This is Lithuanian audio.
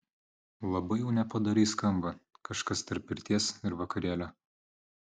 labai jau nepadoriai skamba kažkas tarp pirties ir vakarėlio